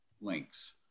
links